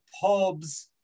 pubs